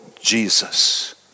Jesus